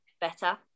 better